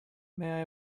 may